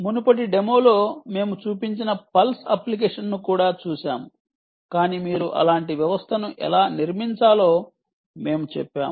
మునుపటి డెమోలో మేము చూపించిన పల్స్ అప్లికేషన్ను కూడా చూశాము కాని మీరు అలాంటి వ్యవస్థను ఎలా నిర్మించాలో మేము చెప్పాము